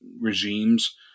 regimes